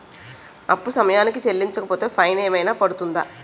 అప్పు సమయానికి చెల్లించకపోతే ఫైన్ ఏమైనా పడ్తుంద?